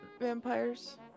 vampires